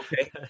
Okay